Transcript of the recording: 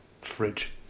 fridge